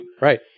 Right